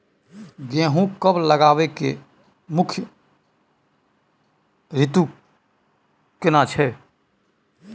गेहूं कब लगाबै के मुख्य रीतु केना छै?